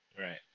Right